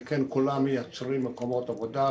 שכן כולם מייצרים מקומות עבודה,